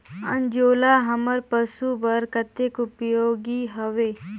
अंजोला हमर पशु बर कतेक उपयोगी हवे?